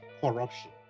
corruption